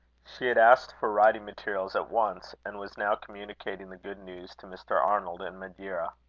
she had asked for writing materials at once, and was now communicating the good news to mr. arnold, in madeira.